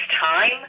time